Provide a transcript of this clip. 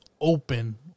open